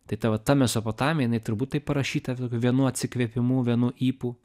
tai ta va ta mesopotamija jinai turbūt taip parašyta vienu atsikvėpimu vienu ypu